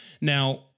Now